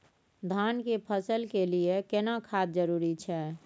धान के फसल के लिये केना खाद जरूरी छै?